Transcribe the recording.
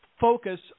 focus